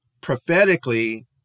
prophetically